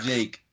Jake